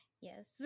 yes